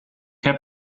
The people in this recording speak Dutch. heb